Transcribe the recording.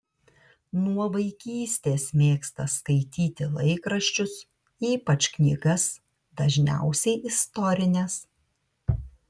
nuo vaikystės mėgsta skaityti laikraščius ypač knygas dažniausiai istorines